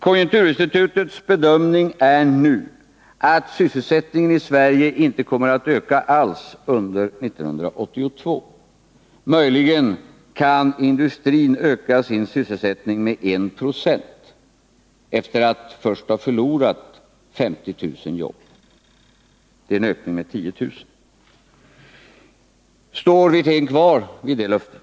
Konjunkturinstitutets bedömning är nu att sysselsättningen i Sverige inte kommer att öka alls under 1982. Möjligen kan industrin öka sin sysselsättning med 1 2 efter att först ha förlorat 50 000 jobb. Det är en ökning med 10 000. Står Rolf Wirtén fast vid sitt löfte?